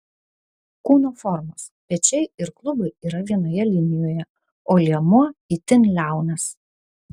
kūno formos pečiai ir klubai yra vienoje linijoje o liemuo itin liaunas